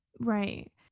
right